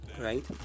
Right